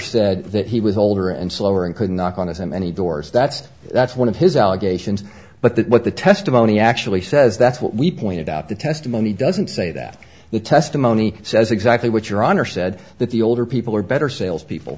said that he was older and slower and could knock on him any doors that's that's one of his allegations but that what the testimony actually says that's what we pointed out the testimony doesn't say that the testimony says exactly what your honor said that the older people are better salespeople